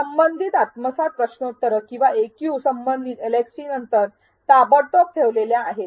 संबंधित आत्मसात प्रश्नोत्तर किंवा एक्यू संबंधित एलएक्सटी नंतर ताबडतोब ठेवलेल्या आहेत